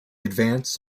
advance